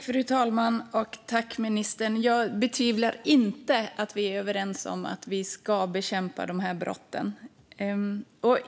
Fru talman! Jag betvivlar inte att vi är överens om att vi ska bekämpa dessa brott.